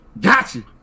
Gotcha